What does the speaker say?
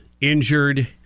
injured